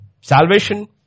salvation